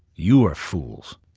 you are fools.